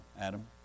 Adam